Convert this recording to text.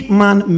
man